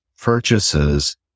purchases